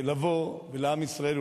לבוא לעם ישראל,